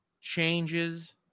changes